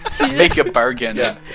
Make-A-Bargain